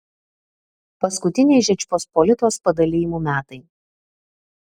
paskutiniai žečpospolitos padalijimų metai